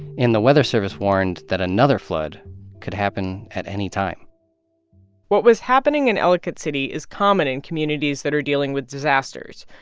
the weather service warned that another flood could happen at any time what was happening in ellicott city is common in communities that are dealing with disasters.